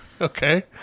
okay